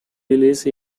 release